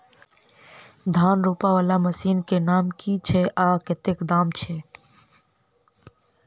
धान रोपा वला मशीन केँ नाम की छैय आ कतेक दाम छैय?